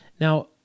Now